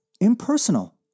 impersonal